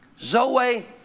Zoe